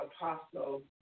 Apostle